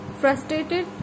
frustrated